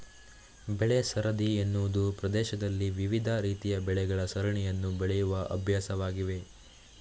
ಬೆಳೆ ಸರದಿ ಎನ್ನುವುದು ಪ್ರದೇಶದಲ್ಲಿ ವಿವಿಧ ರೀತಿಯ ಬೆಳೆಗಳ ಸರಣಿಯನ್ನು ಬೆಳೆಯುವ ಅಭ್ಯಾಸವಾಗಿದೆ